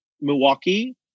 Milwaukee